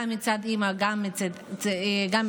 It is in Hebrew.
גם מצד אבא וגם מצד אבא,